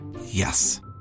Yes